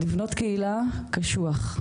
לבנות קהילה זה קשוח,